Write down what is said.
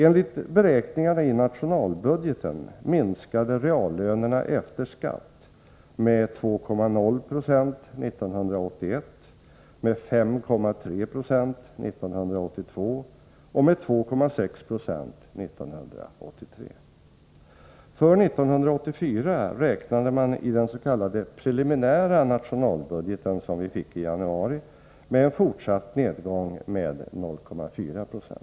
Enligt beräkningarna i nationalbudgeten minskade reallönerna efter skatt 1981 med 2,0 26, 1982 med 5,3 90 och 1983 med 2,6 96. För 1984 räknade man i den s.k. preliminära nationalbudgeten, som vi fick i januari, med en fortsatt nedgång med 0,4 96.